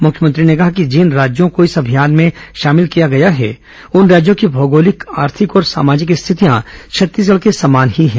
मुख्यमंत्री ने कहा कि जिन राज्यों को इस अभियान में शामिल किया गया है उन राज्यों की भौगोलिक आर्थिक और सामाजिक स्थितियां छत्तीसगढ़ के समान ही हैं